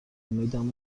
امیدم